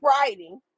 writing